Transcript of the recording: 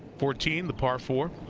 fourteen, the par four.